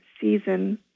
season